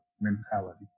mentality